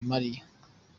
mariya